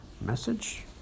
message